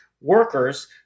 workers